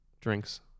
drinks